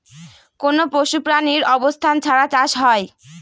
কোনো পশু প্রাণীর অবস্থান ছাড়া চাষ হয়